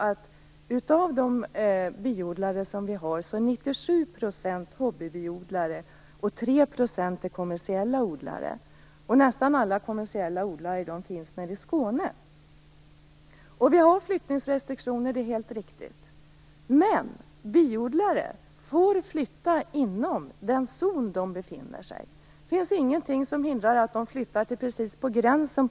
Av de biodlare som finns i landet är Nästan alla kommersiella odlare finns i Skåne. Det är helt riktigt att det finns flyttningsrestriktioner. Men biodlare får flytta inom den zon som de befinner sig i. Ingenting hindrar att de flyttar precis intill zongränsen.